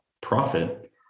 profit